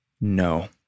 no